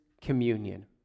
communion